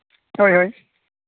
ᱦᱳᱭ ᱦᱳᱭ